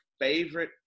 favorite